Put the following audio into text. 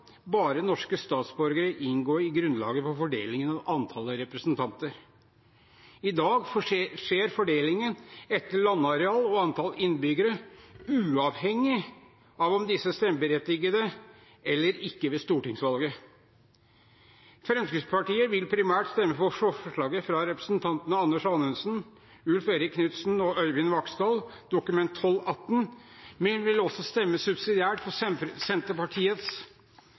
bare norske statsborgere inngå i grunnlaget for fordelingen av antallet representanter. I dag skjer fordelingen etter landareal og antall innbyggere, uavhengig av om disse er stemmeberettigede eller ikke ved stortingsvalget. Fremskrittspartiet vil primært stemme for forslaget fra representantene Anders Anundsen, Ulf Erik Knudsen og Øyvind Vaksdal, Dokument 12:18 for 2011–2012. Men vi vil også stemme subsidiært for Senterpartiets